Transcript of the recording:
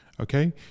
Okay